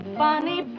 funny